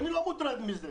אני לא מוטרד מזה.